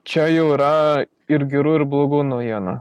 čia jau yra ir gerų ir blogų naujienų